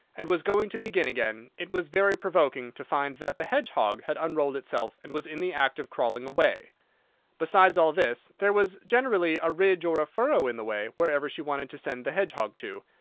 and was going to begin again, it was very provoking to find that the hedgehog had unrolled itself and was in the act of crawling away besides all this, there was generally a ridge or a furrow in the way wherever she wanted to send the hedgehog to,